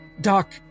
Doc